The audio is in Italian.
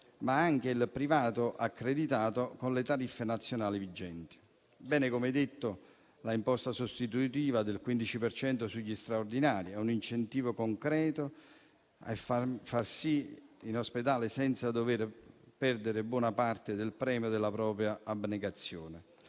ma anche il privato accreditato con le tariffe nazionali vigenti. Bene, come detto, l'imposta sostitutiva del 15 per cento sugli straordinari: è un incentivo concreto e fa sì che ci si trattenga di più in ospedale senza dover perdere buona parte del premio della propria abnegazione.